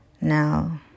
Now